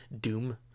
doom